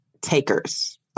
takers